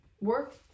work